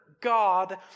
God